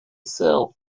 sill